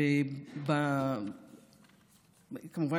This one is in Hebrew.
כמובן,